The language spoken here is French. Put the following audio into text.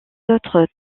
autres